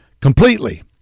completely